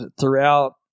throughout